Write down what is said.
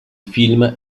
film